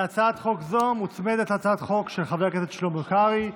להצעת חוק זאת מוצמדת הצעת חוק של חבר הכנסת שלמה קרעי,